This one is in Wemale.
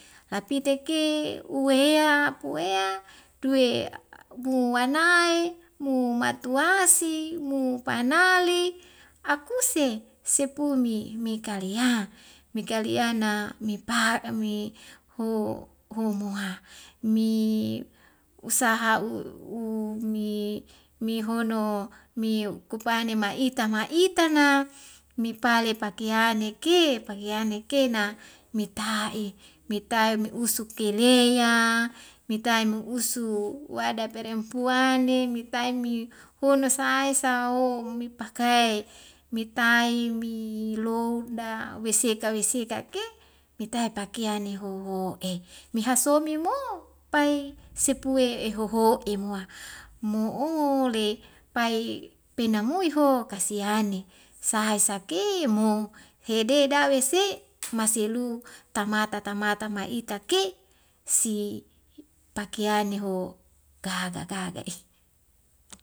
Lapiteke uwea puwea duwe a a buanae mu matuasi mu panali akusi sepumi mi kaliya mikali ya na mi pa emi ho homo ha mi usaha u u umi mihono mi kupane ma'ita ma'ita na mi pale pakiyaleke pakiyanekena mita'i mita'i me usuk tilea mitai ma'usu wada perempuan ne metain mi hono sae saho umipaka yai mitai mi louk da wesek ka wesek ka ke mitai pakiyani hoho'e mihasomi mo pai sepue ehoho'e moa mo'ole pai penamui ho kasihane sai sa ke mo hede dawese masilu tamata tamata ma'ita ke si pakiyane ho gaga gaga eh